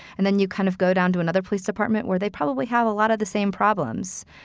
and then you kind of go down to another police department where they probably have a lot of the same problems.